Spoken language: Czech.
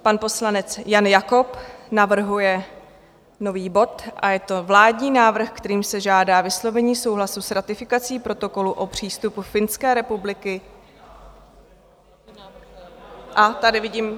Pan poslanec Jan Jakob navrhuje nový bod a je to Vládní návrh, kterým se žádá vyslovení souhlasu s ratifikací Protokolu o přístupu Finské republiky... a tady vidím.